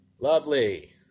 Lovely